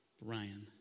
Ryan